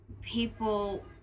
people